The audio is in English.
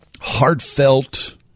heartfelt